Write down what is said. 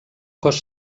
cos